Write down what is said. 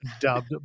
dubbed